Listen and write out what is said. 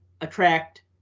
attract